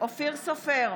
אופיר סופר,